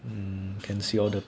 mm can see all the